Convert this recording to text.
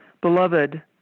beloved